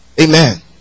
Amen